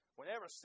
Whenever